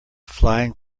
flying